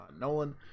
Nolan